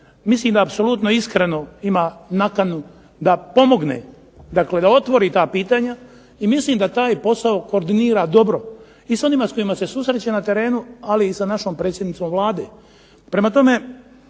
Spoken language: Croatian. mislim apsolutno iskreno ima nakanu da pomogne, da otvori ta pitanja i mislim da taj posao koordinira dobro, i sa onima sa kojima se susreće na terenu ali i sa našom predsjednicom Vlade.